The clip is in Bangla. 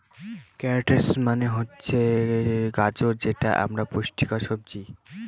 ক্যারোটস মানে হচ্ছে গাজর যেটা এক পুষ্টিকর সবজি